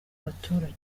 abaturage